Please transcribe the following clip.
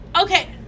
Okay